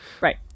Right